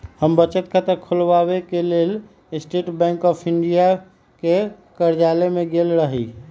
हम बचत खता ख़ोलबाबेके लेल स्टेट बैंक ऑफ इंडिया के कर्जालय में गेल रही